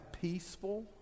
peaceful